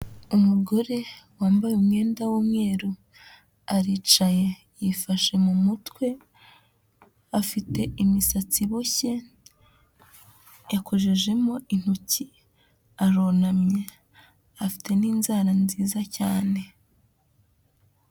Umugore wambaye umwenda w'umweru, aricaye yifashe mu mutwe, afite imisatsi iboshye, yakojejemo intoki, arunamye, afite n'inzara nziza cyane.